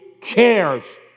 cares